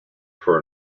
for